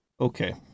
Okay